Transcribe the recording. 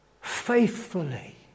faithfully